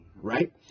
Right